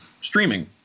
streaming